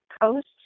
Coast